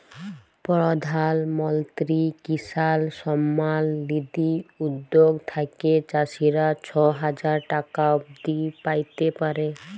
পরধাল মলত্রি কিসাল সম্মাল লিধি উদ্যগ থ্যাইকে চাষীরা ছ হাজার টাকা অব্দি প্যাইতে পারে